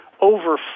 over